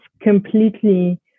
completely